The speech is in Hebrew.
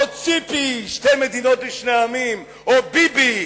או ציפי, שתי מדינות לשני עמים, או ביבי,